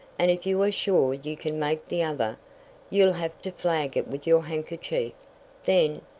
and if you are sure you can make the other you'll have to flag it with your handkerchief then,